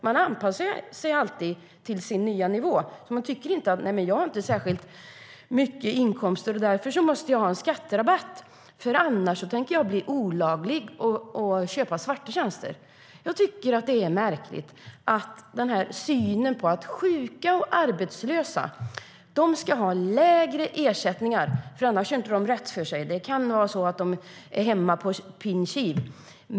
Man anpassar sig ju alltid till sin nya nivå och tycker inte att man har särskilt höga inkomster, och därför måste man ha en skatterabatt för att inte olagligt köpa svarta tjänster. Jag tycker att det är märkligt med synen som säger att sjuka och arbetslösa ska ha lägre ersättningar, för annars gör de inte rätt för sig. Det kan ju vara så att de är hemma på pin kiv.